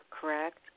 correct